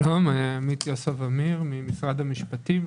שלום, אני ממשרד המשפטים.